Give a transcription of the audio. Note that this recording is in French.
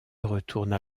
retournent